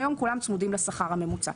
היום כולם צמודים לשכר הממוצע.